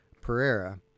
Pereira